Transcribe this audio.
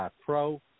Pro